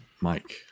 Mike